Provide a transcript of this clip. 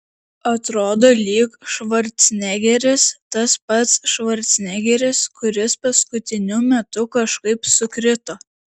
atrodo lyg švarcnegeris tas pats švarcnegeris kuris paskutiniu metu kažkaip sukrito